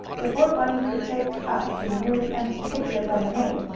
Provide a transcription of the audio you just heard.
before bunny could take up the nearly empty pitcher of lemonade,